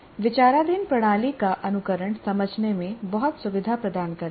विचाराधीन प्रणाली का अनुकरण समझने में बहुत सुविधा प्रदान करता है